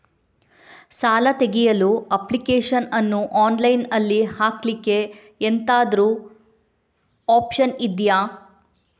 ಸಾಲ ತೆಗಿಯಲು ಅಪ್ಲಿಕೇಶನ್ ಅನ್ನು ಆನ್ಲೈನ್ ಅಲ್ಲಿ ಹಾಕ್ಲಿಕ್ಕೆ ಎಂತಾದ್ರೂ ಒಪ್ಶನ್ ಇದ್ಯಾ?